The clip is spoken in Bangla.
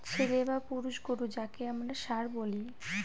ছেলে বা পুরুষ গোরু যাকে আমরা ষাঁড় বলি